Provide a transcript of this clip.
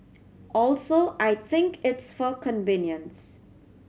also I think it's for convenience